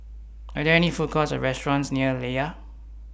Are There any Food Courts Or restaurants near Layar